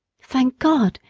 thank god!